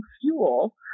fuel